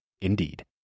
Indeed